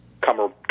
come